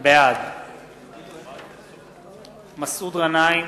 בעד מסעוד גנאים,